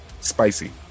Spicy